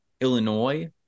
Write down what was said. illinois